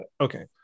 okay